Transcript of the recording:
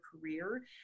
career